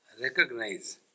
recognize